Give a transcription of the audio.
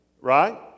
Right